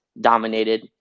dominated